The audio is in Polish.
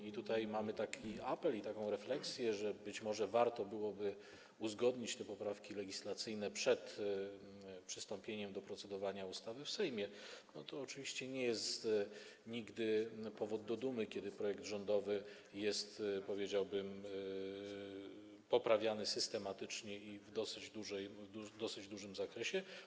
I tutaj mamy taki apel i taką refleksję, że być może warto byłoby uzgodnić te poprawki legislacyjne przed przystąpieniem do procedowania nad ustawą w Sejmie, bo to oczywiście nigdy nie jest powód do dumy, kiedy projekt rządowy jest, powiedziałbym, poprawiany systematycznie i w dosyć dużym zakresie.